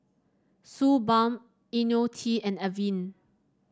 Suu Balm IoniL T and Avene